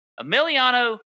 Emiliano